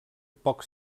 poc